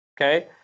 Okay